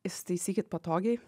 įsitaisykit patogiai